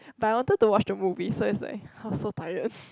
but I wanted to watch the movie so it's like !ha! so tired